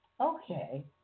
Okay